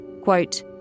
Quote